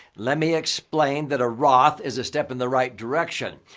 let me explain that a roth is a step in the right direction.